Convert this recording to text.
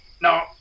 no